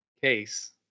case